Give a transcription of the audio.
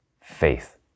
Faith